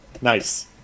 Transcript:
Nice